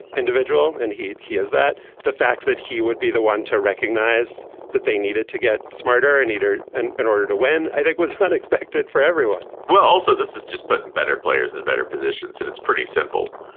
individual and heat, he has that the fact that he would be the one to recognize that they needed to get smarter and needed and in order to win, i think was unexpected for everyone well, also, this is just putting better players in better positions and it's pretty simple,